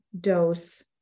dose